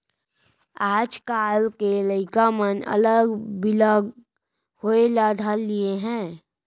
आजकाल के लइका मन अलग बिलग होय ल धर लिये हें